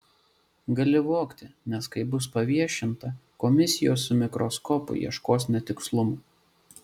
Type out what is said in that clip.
gali vogti nes kai bus paviešinta komisijos su mikroskopu ieškos netikslumo